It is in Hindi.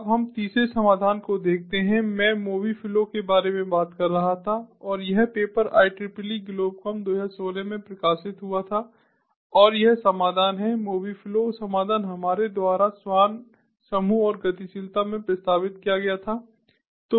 अब हम तीसरे समाधान को देखते हैं मैं Mobi Flow के बारे में बात कर रहा था और यह पेपर IEEE Globecom 2016 में प्रकाशित हुआ था और यह समाधान है Mobi Flow समाधान हमारे द्वारा स्वान समूह और गतिशीलता में प्रस्तावित किया गया था